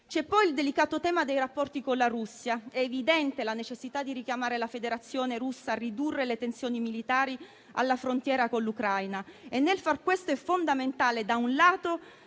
C'è poi il delicato tema dei rapporti con la Russia. È evidente la necessità di richiamare la Federazione russa a ridurre le tensioni militari alla frontiera con l'Ucraina e nel far questo è fondamentale, da un lato,